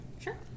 Sure